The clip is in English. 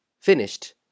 finished